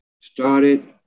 started